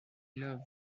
love